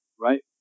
Right